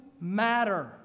matter